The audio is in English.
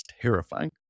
terrifying